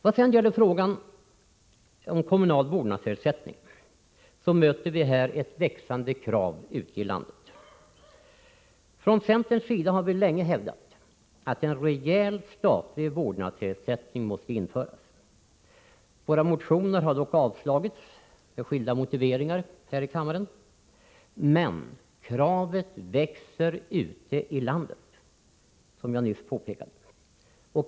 Vad sedan gäller frågan om kommunal vårdnadsersättning vill jag framhålla att vi i detta sammanhang möter växande krav ute i landet. Från centerns sida har vi länge hävdat att en rejäl statlig vårdnadsersättning måste införas. Våra motioner har dock avslagits här i kammaren med skilda motiveringar. Men kraven växer ute i landet, som jag nyss påpekade.